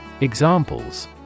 Examples